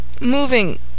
moving